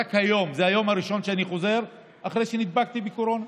היום זה היום הראשון שאני חוזר אחרי שנדבקתי בקורונה.